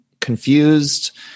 confused